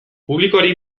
publikoari